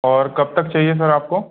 और कब तक चाहिए सर आपको